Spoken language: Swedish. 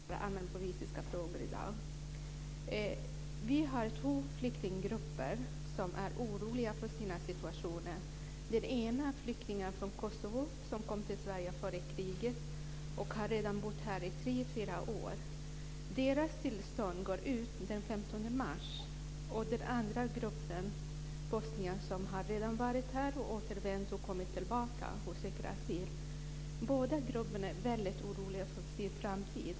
Fru talman! Jag vill rikta min fråga till vice statsminister Lena Hjelm-Wallén som besvarar allmänpolitiska frågor i dag. Det finns två flyktinggrupper som är oroliga för sin situation. Den ena flyktinggruppen består av människor från Kosovo som kom till Sverige före kriget. De har redan bott här i tre fyra år. Deras uppehållstillstånd går ut den 15 mars. Den andra gruppen består av bosnier, och de har redan varit här, återvänt och kommit tillbaka. De söker nu asyl. Båda grupperna är väldigt oroliga för sin framtid.